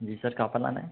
जी sir कहाँ पर लाना है